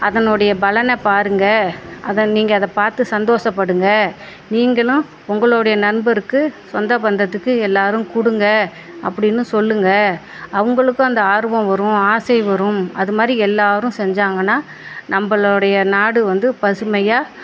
அதனுடைய பலனை பாருங்கள் அதை நீங்கள் அதை பார்த்து சந்தோசப்படுங்க நீங்களும் உங்களோடைய நண்பருக்கு சொந்த பந்தத்துக்கு எல்லாரும் கொடுங்க அப்படினு சொல்லுங்கள் அவங்களுக்கும் அந்த ஆர்வம் வரும் ஆசை வரும் அது மாதிரி எல்லாரும் செஞ்சாங்கன்னா நம்பளோடைய நாடு வந்து பசுமையாக